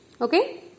Okay